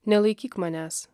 nelaikyk manęs